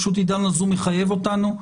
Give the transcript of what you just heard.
פשוט עידן הזום מחייב אותנו,